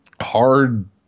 hard